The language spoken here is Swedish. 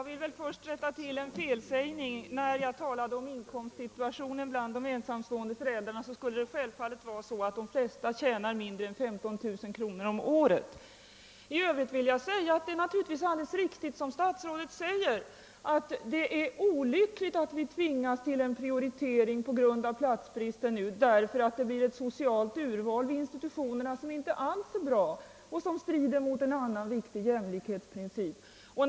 Herr talman! Det är naturligtvis helt riktigt som statsrådet säger att det är olyckligt att vi tvingas till en priori tering på grund av platsbristen. Det blir på så sätt ett socialt urval vid institutionerna som inte alls är bra och som strider mot en annan viktig jämlikhetsprincip.